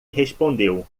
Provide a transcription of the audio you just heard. respondeu